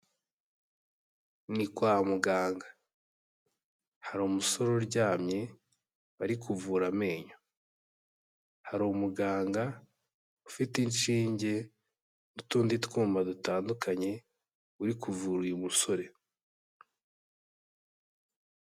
Ni kwa muganga. Hari umusore uryamye, bari kuvura amenyo. Hari umuganga ufite inshinge n'utundi twuma dutandukanye, uri kuvura uyu musore.